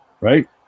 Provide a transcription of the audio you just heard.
right